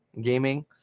gaming